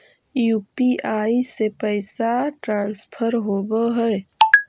UPI से पैसा transfer होवहै?